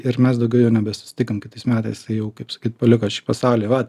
ir mes daugiau jau nebesusitikom kitais metais jau kaip sakyt paliko šį pasaulį vat